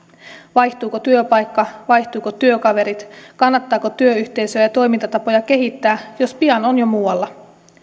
vaihtuuko työpaikka vaihtuvatko työkaverit kannattaako työyhteisöä ja toimintatapoja kehittää jos pian on jo muualla